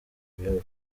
bihugu